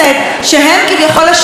אינני יודעת אפילו במה,